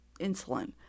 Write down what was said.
insulin